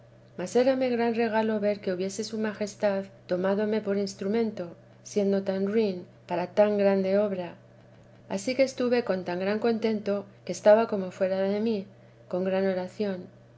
mas érame gran regalo ver que hubiese su majestad tomádome por instrumento siendo tan ruin para tan grande obra ansí que estuve con tan gran contento que estaba como fuera de mí con gran oración